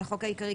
לחוק העיקרי,